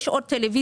יש עוד טלוויזיה,